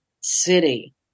city